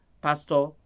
Pastor